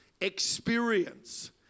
experience